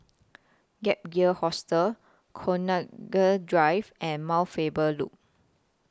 Gap Year Hostel Connaught Drive and Mount Faber Loop